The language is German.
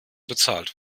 bezahlt